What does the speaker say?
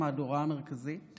הדרמטי והכל-כך זנוח הזה.